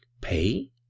Pay